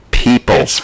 people